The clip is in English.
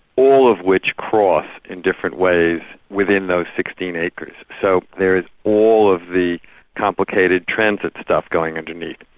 all of which cross in different ways within those sixteen acres. so there's all of the complicated transit stuff going underneath.